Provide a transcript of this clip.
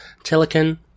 Telekin